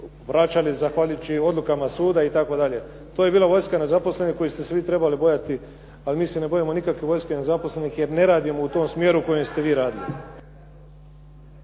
vraćali zahvaljujući odlukama suda itd. To je bila vojska nezaposlenih koje ste se vi trebali bojati, ali mi se ne bojimo nikakve vojske nezaposlenih jer ne radimo u tom smjeru u kojem ste vi radili.